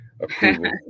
approval